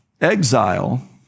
Exile